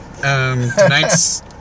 tonight's